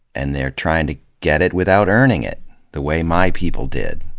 and they're trying to get it without earning it the way my people did.